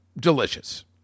delicious